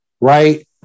right